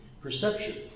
Perception